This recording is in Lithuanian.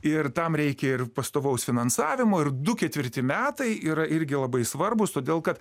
ir tam reikia ir pastovaus finansavimo ir du ketvirti metai yra irgi labai svarbūs todėl kad